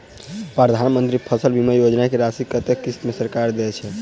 प्रधानमंत्री फसल बीमा योजना की राशि कत्ते किस्त मे सरकार देय छै?